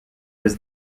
was